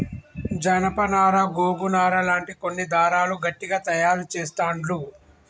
జానప నారా గోగు నారా లాంటి కొన్ని దారాలు గట్టిగ తాయారు చెస్తాండ్లు